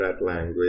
language